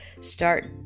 Start